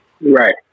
Right